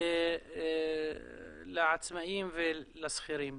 לעצמאים ולשכירים.